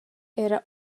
era